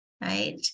right